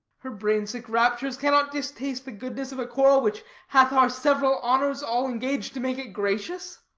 her brain-sick raptures cannot distaste the goodness of a quarrel which hath our several honours all engag'd to make it gracious.